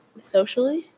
socially